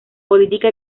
política